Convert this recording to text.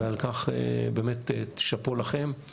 ועל כך באמת שאפו לכם.